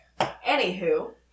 Anywho